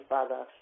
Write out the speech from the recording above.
Father